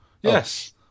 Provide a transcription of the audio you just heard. Yes